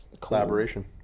collaboration